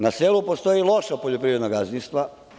Na selu postoje i loša poljoprivredna gazdinstva.